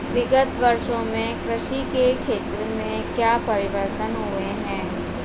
विगत वर्षों में कृषि के क्षेत्र में क्या परिवर्तन हुए हैं?